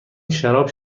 شراب